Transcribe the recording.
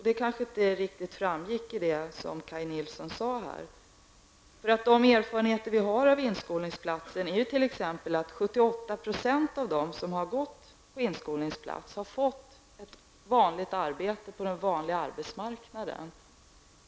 Det kanske inte riktigt framgick av det som Kaj De erfarenheter som vi har av inskolningsplatser är att 78 % av dem som har haft en inskolningsplats har fått ett arbete på den reguljära arbetsmarknaden.